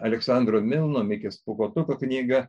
aleksandro milno mikės pūkuotuko knygą